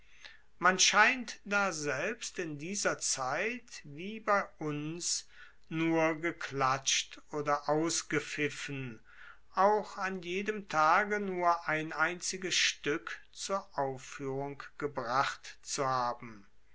man scheint daselbst in dieser zeit wie bei uns nur geklatscht oder ausgepfiffen auch an jedem tage nur ein einziges stueck zur auffuehrung gebracht zu haben